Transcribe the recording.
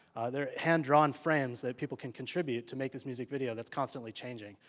they are hand drawn frames that people can contribute to make this music video that's constantly changing.